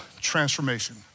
transformation